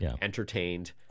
entertained